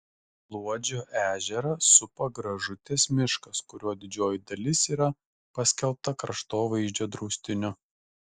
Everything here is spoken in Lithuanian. luodžio ežerą supa gražutės miškas kurio didžioji dalis yra paskelbta kraštovaizdžio draustiniu